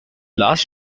last